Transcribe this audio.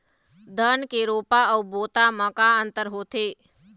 धन के रोपा अऊ बोता म का अंतर होथे?